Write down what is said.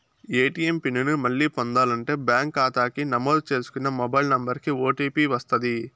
ATM PIN ని మళ్ళీ పొందాలంటే బ్యాంకు కాతాకి నమోదు చేసుకున్న మొబైల్ నంబరికి ఓ.టీ.పి వస్తది